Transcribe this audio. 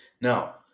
Now